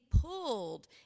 pulled